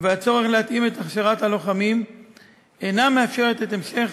והצורך להתאים את הכשרת הלוחמים אינם מאפשרים המשך